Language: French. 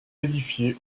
édifiée